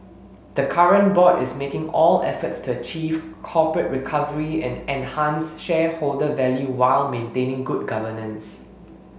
the current board is making all efforts to achieve corporate recovery and enhance shareholder value while maintaining good governance